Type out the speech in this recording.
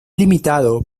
limitado